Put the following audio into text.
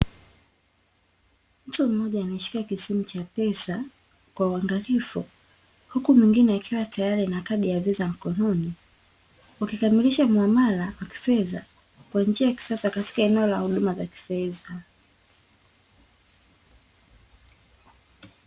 Mtu mmoja ameshika kisimu cha pesa kwa uangalifu, huku mwingine akiwa tayari ana kadi ya viza mkononi, ukikamilisha muamala wa kifedha kwa njia ya kisasa katika eneo la huduma la kifedha.